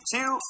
Two